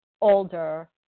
older